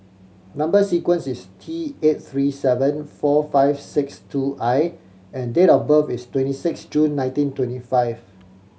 number sequence is T eight three seven four five six two I and date of birth is twenty six June nineteen twenty five